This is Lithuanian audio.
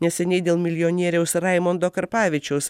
neseniai dėl milijonieriaus raimundo karpavičiaus